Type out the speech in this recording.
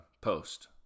post